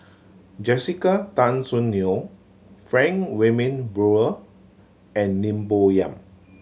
Jessica Tan Soon Neo Frank Wilmin Brewer and Lim Bo Yam